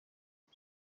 ati